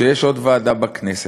שיש עוד ועדה בכנסת.